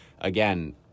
again